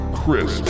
Chris